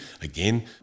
again